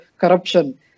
corruption